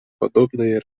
подобное